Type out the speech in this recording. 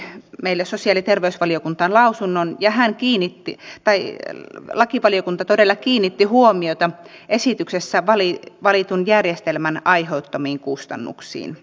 lakivaliokunta antoi meille sosiaali ja terveysvaliokuntaan lausunnon ja kiinnitti huomiota esityksessä valitun järjestelmän aiheuttamiin kustannuksiin